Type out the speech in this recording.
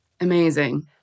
Amazing